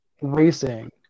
racing